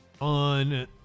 on